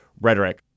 rhetoric